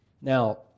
Now